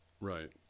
Right